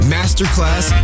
Masterclass